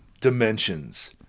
dimensions